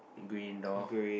green door